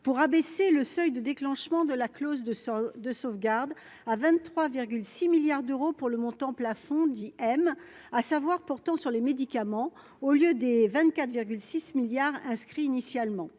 pour abaisser le seuil de déclenchement de la clause de de sauvegarde à 23 6 milliards d'euros pour le montant plafond, dit M, à savoir pourtant sur les médicaments, au lieu des 24 6 milliards inscrits initialement,